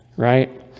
right